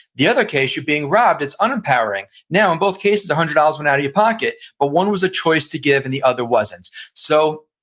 the other case you're being robed, it's unempowering. now in both cases one hundred dollars went out of your pocket but one was a choice to give and the other wasn't so,